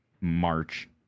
march